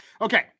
Okay